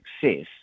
success